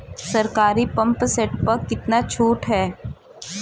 सरकारी pump set प कितना छूट हैं?